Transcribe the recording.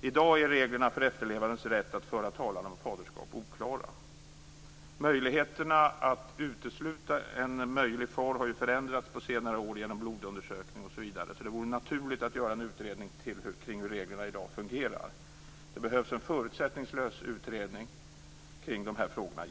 I dag är reglerna för efterlevandes rätt att föra talan om faderskap oklara. Möjligheterna att utesluta en möjlig far har ju förändrats på senare år genom blodundersökning osv. Det vore därför naturligt att göra en utredning kring hur reglerna i dag fungerar. Det behövs genast en förutsättningslös utredning kring de här frågorna.